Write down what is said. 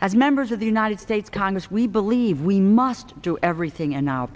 as members of the united states congress we believe we must do everything in our